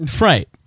Right